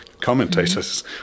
commentators